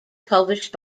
published